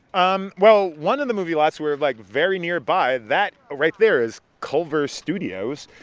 um well, one of the movie lots we're, like, very nearby. that right there is culver studios.